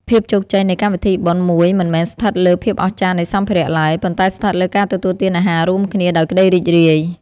ភាពជោគជ័យនៃកម្មវិធីបុណ្យមួយមិនមែនស្ថិតលើភាពអស្ចារ្យនៃសម្ភារៈឡើយ ប៉ុន្តែស្ថិតលើការទទួលទានអាហាររួមគ្នាដោយក្តីរីករាយ។